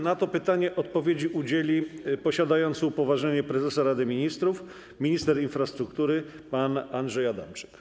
Na to pytanie udzieli odpowiedzi posiadający upoważnienie prezesa Rady Ministrów minister infrastruktury pan Andrzej Adamczyk.